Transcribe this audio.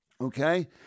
Okay